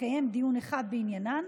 התקיים דיון אחד בעניינן,